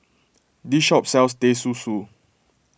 this shop sells Teh Susu